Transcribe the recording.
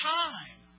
time